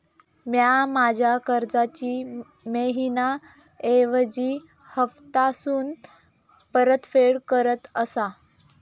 म्या माझ्या कर्जाची मैहिना ऐवजी हप्तासून परतफेड करत आसा